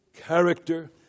character